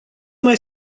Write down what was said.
mai